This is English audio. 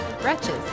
Wretches